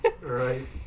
Right